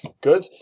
good